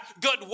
good